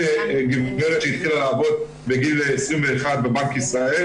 גברת שהתחילה לעבוד בגיל 21 בבנק ישראל,